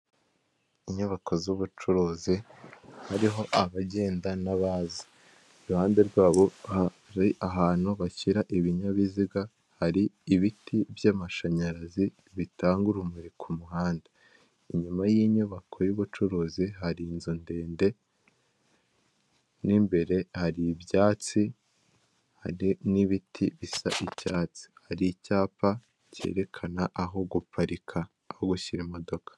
Abantu batandukanye barimo abagore n'abagabo bari mu cyumba cyabugenewe gukorerwamo inama kirimo ameza yabugenewe ndetse n'intebe z'umukara zicayemo abo bantu bafite n'ama mashini bari kwiga ku kibazo runaka cyabahurije aho hantu.